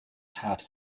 hat